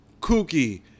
kooky